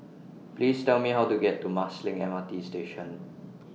Please Tell Me How to get to Marsiling M R T Station